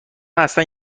اصلا